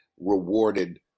rewarded